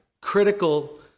critical